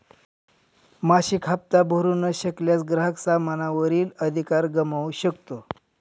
मासिक हप्ता भरू न शकल्यास, ग्राहक सामाना वरील अधिकार गमावू शकतो